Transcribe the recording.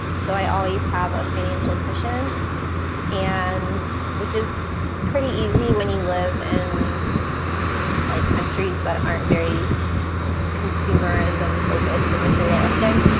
so i always have a financial cushion and which is pretty easy when you live in like countries that aren't very consumerism focused and materialistic.